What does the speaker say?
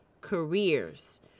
careers